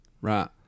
right